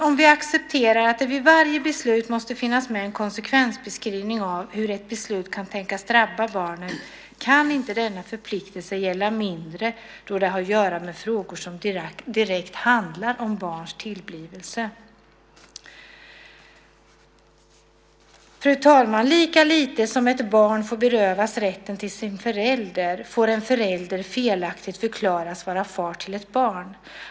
Om vi accepterar att det vid varje beslut måste finnas med en konsekvensbeskrivning av hur ett beslut kan tänkas drabba barnen kan inte denna förpliktelse gälla mindre i frågor som direkt handlar om barns tillblivelse. Fru talman! Lika lite som ett barn får berövas rätten till sin förälder får en förälder felaktigt förklaras vara far till ett barn.